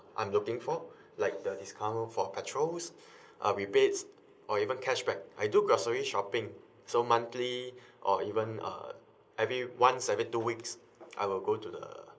I'm looking for like the discount for petrols uh rebates or even cashback I do grocery shopping so monthly or even uh every once every two weeks I will go to the